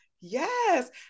yes